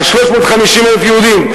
על 350,000 יהודים,